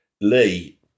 Lee